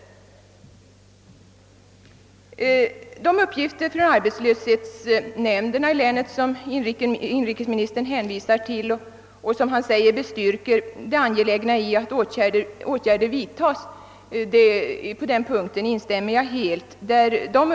Inrikesministern hänvisar till uppgif ter om arbetslöshetssituationen i länet som enligt hans mening bestyrker det angelägna i att åtgärder vidtas. På den punkten instämmer jag helt med honom.